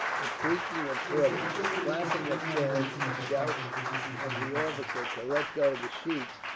the creaking of cordage, the flapping of sails, and the shouts of the officer to let go the sheets,